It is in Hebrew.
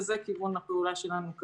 וזה כיוון הפעולה שלנו כרגע.